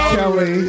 Kelly